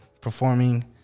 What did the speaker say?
performing